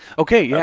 okay, yeah